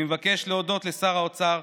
אני מבקש להודות לשר האוצר,